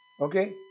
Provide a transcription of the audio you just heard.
Okay